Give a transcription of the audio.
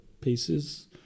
pieces